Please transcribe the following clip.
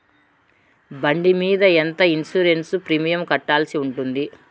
బండి మీద ఎంత ఇన్సూరెన్సు ప్రీమియం కట్టాల్సి ఉంటుంది?